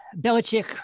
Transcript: Belichick